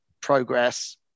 progress